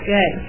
Good